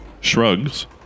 shrugs